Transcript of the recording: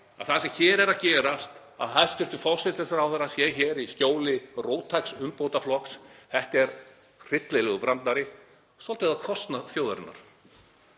að það sem er að gerast, að hæstv. forsætisráðherra sé hér í skjóli róttæks umbótaflokks, er hryllilegur brandari, svolítið á kostnað þjóðarinnar.